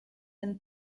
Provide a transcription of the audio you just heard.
and